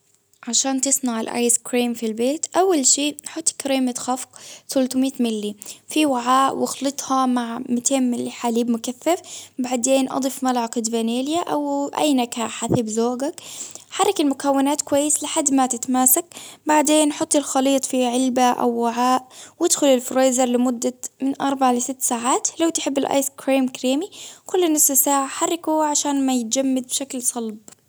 عشان تسمع الأيس كريم في البيت، أول شيء تحط كريمة خفق ثلثمائة ملي في وعاء وإخلطها مع مأتين ملي حليب مكثف، بعدين أضيف ملعقة فانيليا أو أي نكهة حسب ذوجك، حركي المكونات كويس لحد ما تتماسك، بعدين حطي الخليط في علبة أو وعاء داخل الفريزر لمدة من أربع لست ساعات، لو تحب الآيس كريم كريمي كل نص ساعة حركه عشان ما يتجمد بشكل صلب.